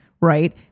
right